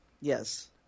Yes